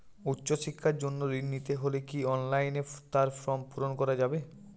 উচ্চশিক্ষার জন্য ঋণ নিতে হলে কি অনলাইনে তার ফর্ম পূরণ করা যাবে?